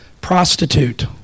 prostitute